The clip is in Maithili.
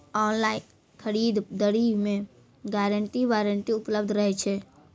ऑनलाइन खरीद दरी मे गारंटी वारंटी उपलब्ध रहे छै?